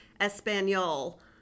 espanol